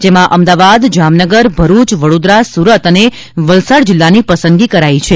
જેમાં અમદાવાદ જામનગર ભરૂચ વડોદરા સુરત વલસાડ જિલ્લાની પસંદગી કરાઈ છે